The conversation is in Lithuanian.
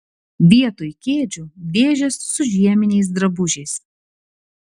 vietoj kėdžių dėžės su žieminiais drabužiais